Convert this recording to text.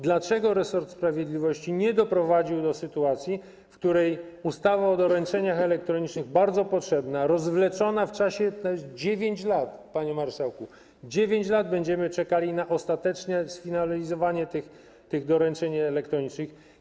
Dlaczego resort sprawiedliwości nie doprowadził do sytuacji, w której ustawa o doręczeniach elektronicznych, bardzo potrzebna, rozwleczona w czasie... 9 lat, panie marszałku, 9 lat będziemy czekali na ostateczne sfinalizowanie kwestii doręczeń elektronicznych.